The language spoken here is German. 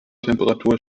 temperatur